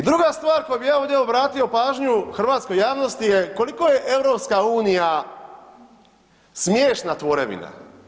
I druga stvar koju bi ja ovdje obratio pažnju hrvatskoj javnosti je koliko je EU smiješna tvorevina.